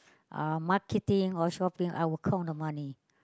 uh marketing or shopping I will count the money